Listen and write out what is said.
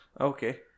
okay